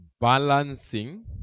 balancing